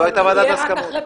זה יהיה רק אחרי פיזור הכנסת.